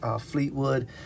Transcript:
Fleetwood